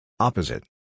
Opposite